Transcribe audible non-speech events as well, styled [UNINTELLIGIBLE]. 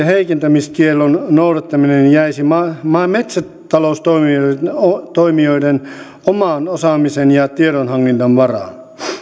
[UNINTELLIGIBLE] heikentämiskiellon noudattaminen jäisi metsätaloustoimijoiden oman osaamisen ja tiedonhankinnan varaan